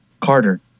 Carter